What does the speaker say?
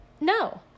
no